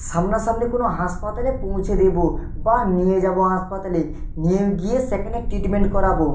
সামনা সামনি কোনো হাসপাতালে পৌঁছে দেবো বা নিয়ে যাবো হাসপাতালে নিয়ে গিয়ে সেকানে ট্রিটমেন্ট করাবো